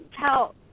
tell